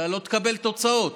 אתה לא תקבל תוצאות.